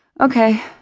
Okay